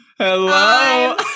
Hello